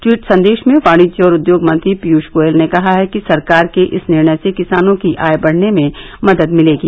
tweet संदेश में वाणिज्य और उद्योग मंत्री पीयूष गोयल ने कहा है कि सरकार के इस निर्णय से किसानों की आय बढाने में मदद मिलेगी